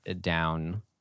down